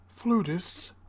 flutists